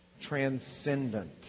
Transcendent